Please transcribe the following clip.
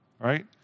Right